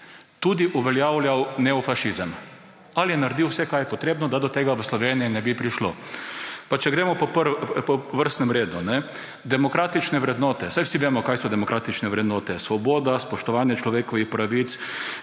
tudi uveljavljal neofašizem. Ali naredi vse, kar je potrebno, da do tega v Sloveniji ne bi prišlo? Če gremo po vrstnem redu. Demokratične vrednote. Saj vsi vemo, kaj so demokratične vrednote – svoboda, spoštovanje človekovih pravic